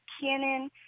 Canon